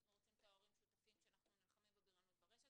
אנחנו רוצים את ההורים שותפים כשאנחנו נלחמים בבריונות ברשת